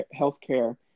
healthcare